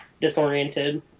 disoriented